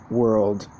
world